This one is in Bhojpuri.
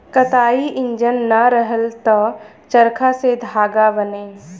कताई इंजन ना रहल त चरखा से धागा बने